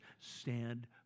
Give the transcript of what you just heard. stand